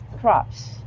crops